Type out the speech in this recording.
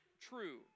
true